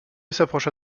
s’approcha